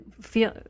feel